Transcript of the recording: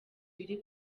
biri